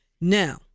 Now